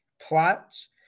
plots